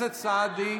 סעדי,